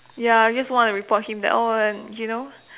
ya I just want to report that oh and you know